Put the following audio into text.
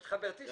את חברתי שכנעת.